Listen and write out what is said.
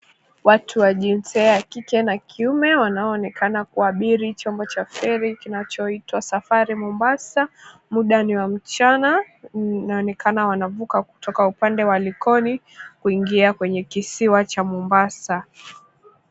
Watu wa jinsia ya kike na kiume wanaoonekana kuabiri chombo cha feri kinachoitwa SAFARI MOMBASA, muda ni wa mchana. Inaonekana wanavuka kutoka upande wa Likoni kuingia kwenye kisiwa cha Mombasa.